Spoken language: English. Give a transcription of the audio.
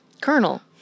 Colonel